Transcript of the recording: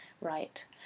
right